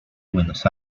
buenos